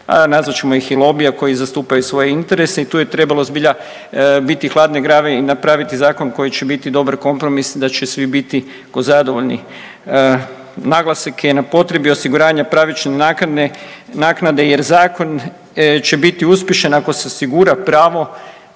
a nazvat ćemo ih i lobija koji zastupaju svoje interese i tu je trebalo zbilja biti hladne glave i napraviti zakon koji će biti dobar kompromis da će svi biti zadovoljni. Naglasak je na potrebi osiguranja pravične naknade, jer zakon će biti uspješan ako se osigura pravo